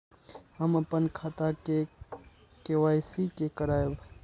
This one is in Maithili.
हम अपन खाता के के.वाई.सी के करायब?